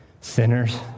sinners